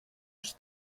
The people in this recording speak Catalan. els